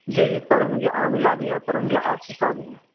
جی جی فرہنگ عاملہ بھی ہے فرہنگ آصفیہ بھی ہے